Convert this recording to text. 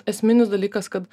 esminis dalykas kad